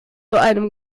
einem